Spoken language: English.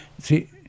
See